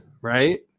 right